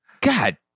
God